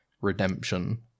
redemption